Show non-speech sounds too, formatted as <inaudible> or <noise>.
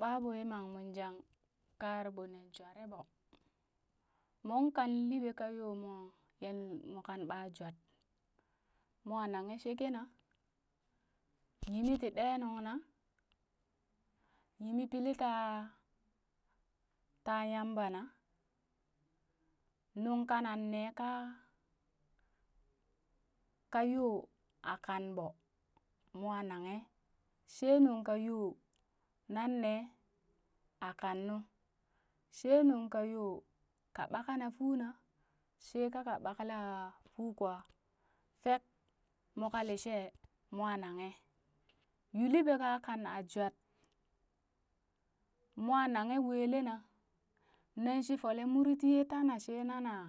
Ɓaa ɓo yimangmunjang ka aara ɓoo nee jware ɓoo, mon kan liɓe ka yoomoo yan mo kan ɓaa jwat, mo nanghe sheke na yimi <noise> tii ɗe nuŋ na, yimi pili taa taa yamba na nuŋ kana nee ka ka yo aa kanɓoo mwa nanghe she yo nunka yo nan nee aa kannu she nunka yoo ka ɓaka na fuuna shee ka ka ɓakla fuu kwaa fek moka lishee mo nanghe yuu liɓee ka kan aa jwat mwa nanghe welena nan shi folee mori tii yee tana she nanaa